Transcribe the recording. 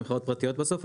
הן משחטות פרטיות בסוף.